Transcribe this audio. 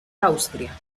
austria